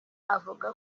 avuga